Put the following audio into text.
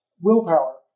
Willpower